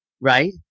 right